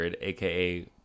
aka